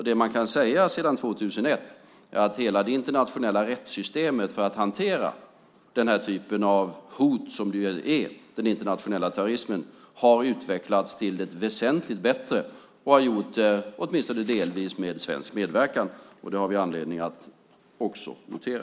Det man kan säga sedan 2001 är att hela det internationella rättssystemet för att hantera den typ av hot som den internationella terrorismen är har utvecklats till det väsentligt bättre och har gjort det, åtminstone delvis, med svensk medverkan. Det har vi anledning att också notera.